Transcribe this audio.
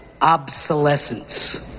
obsolescence